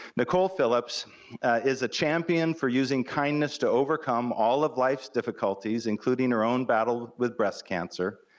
nicole phillips is a champion for using kindness to overcome all of life's difficulties, including her own battle with breast cancer.